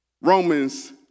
Romans